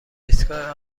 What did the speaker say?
ایستگاه